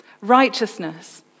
righteousness